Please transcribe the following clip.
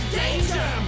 danger